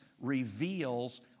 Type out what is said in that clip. reveals